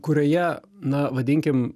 kurioje na vadinkim